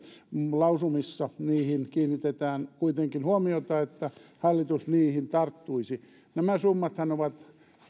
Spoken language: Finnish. lausumissa niihin kiinnitetään kuitenkin huomiota että hallitus niihin tarttuisi nämä summathan ovat